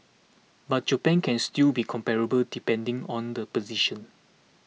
but Japan can still be comparable depending on the position